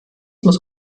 muss